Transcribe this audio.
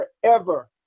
forever